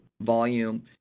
volume